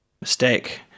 mistake